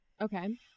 Okay